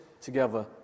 together